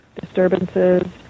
disturbances